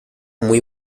muy